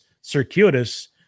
circuitous